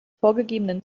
vorgegebenen